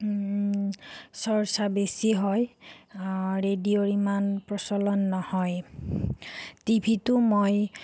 চৰ্চা বেছি হয় ৰেডিঅ'ৰ ইমান প্ৰচলন নহয় টিভিতো মই